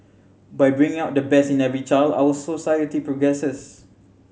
by bringing out the best in every child our society progresses